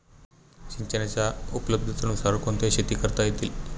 सिंचनाच्या उपलब्धतेनुसार कोणत्या शेती करता येतील?